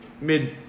mid